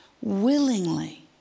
willingly